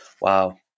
Wow